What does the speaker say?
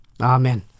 Amen